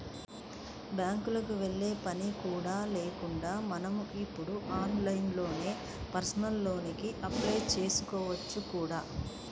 బ్యాంకుకి వెళ్ళే పని కూడా లేకుండా మనం ఇప్పుడు ఆన్లైన్లోనే పర్సనల్ లోన్ కి అప్లై చేసుకోవచ్చు కూడా